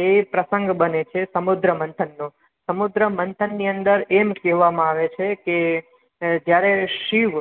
એ પ્રસંગ બને છે સમુદ્ર મંથનનો સમુદ્ર મંથનની એમ કેવામાં આવે છે કે જ્યારે શિવ